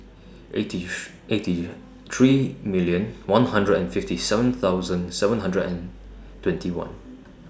eighty eighty three million one hundred and fifty seven thousand seven hundred and twenty one